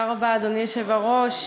תודה רבה, אדוני היושב-ראש.